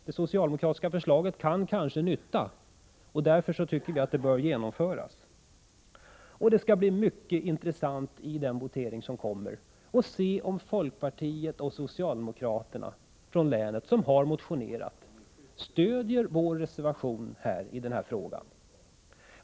— det socialdemokratiska förslaget kan kanske vara till nytta, och därför tycker vi att det bör genomföras. Det skall bli mycket intressant att se om folkpartisten och socialdemokraterna från länet, som har motionerat i den här frågan, i den kommande voteringen stödjer vår reservation.